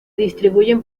distribuyen